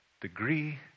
degree